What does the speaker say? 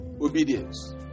Obedience